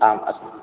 आम् अस्तु